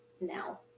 now